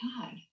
god